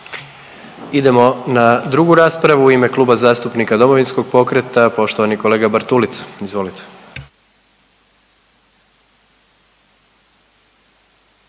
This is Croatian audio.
Idemo na 2. raspravu, u ime Kluba zastupnika Domovinskog pokreta poštovani kolega Dretar, izvolite.